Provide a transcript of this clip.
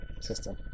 system